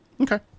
Okay